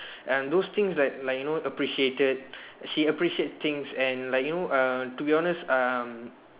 and those things like like you know appreciated she appreciated things and like you know uh to be honest um